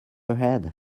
ahead